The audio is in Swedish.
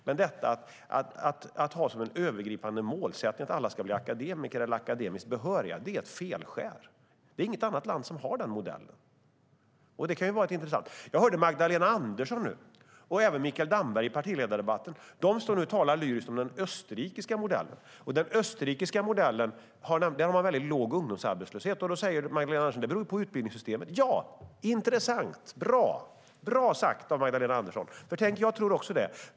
Men att ha som övergripande målsättning att alla ska bli akademiker eller akademiskt behöriga är ett felskär. Inget annat land har den modellen. Det är intressant. Jag hörde Magdalena Andersson och i partiledardebatten även Mikael Damberg. De talar nu lyriskt om den österrikiska modellen. Den modellen har låg ungdomsarbetslöshet. Då säger Magdalena Andersson att det beror på utbildningssystemet. Ja, intressant, bra sagt av Magdalena Andersson! Tänk, jag tror också det.